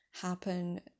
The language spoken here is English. happen